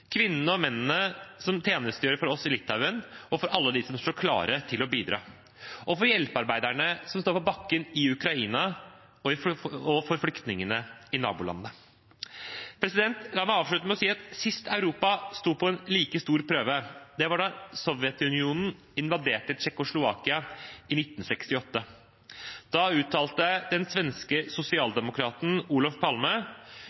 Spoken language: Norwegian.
kvinnene og mennene som tjenestegjør for oss i Litauen – og til alle de som står klare til å bidra, til hjelpearbeiderne som står på bakken i Ukraina, og til flyktningene i nabolandene. La meg avslutte med å si at sist Europa ble satt på en like prøve, var da Sovjetunionen invaderte Tsjekkoslovakia i 1968. Da uttalte den svenske